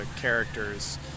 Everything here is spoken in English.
characters